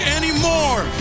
anymore